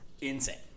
insane